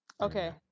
Okay